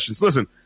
Listen